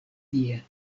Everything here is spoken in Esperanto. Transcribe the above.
tie